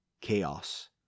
chaos